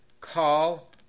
call